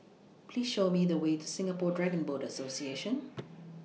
Please Show Me The Way to Singapore Dragon Boat Association